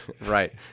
right